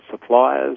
suppliers